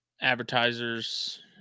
advertisers